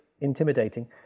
intimidating